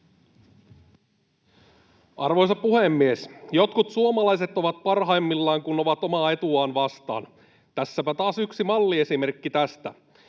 Arvoisa puhemies! Jotkut suomalaiset ovat parhaimmillaan, kun ovat omaa etuaan vastaan. Tässäpä taas yksi malliesimerkki tästä.